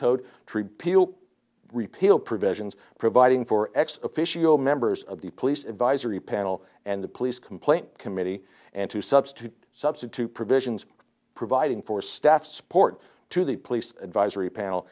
tree peel repeal provisions providing for ex officio members of the police advisory panel and the police complaint committee and to substitute substitute provisions providing for staff support to the police advisory panel